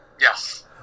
Yes